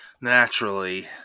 Naturally